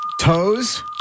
Toes